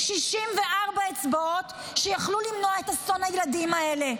64 אצבעות שיכלו למנוע את אסון הילדים האלה,